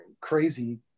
Crazy